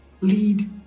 lead